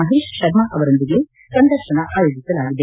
ಮಹೇಶ್ ಶರ್ಮಾ ಅವರೊಂದಿಗೆ ಸಂದರ್ಶನ ಆಯೋಜಿಸಲಾಗಿದೆ